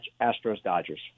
Astros-Dodgers